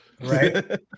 Right